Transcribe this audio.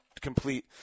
complete